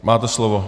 Máte slovo.